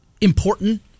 important